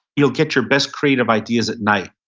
you'll get your best creative ideas at night.